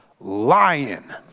Lion